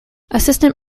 assistant